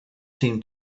seem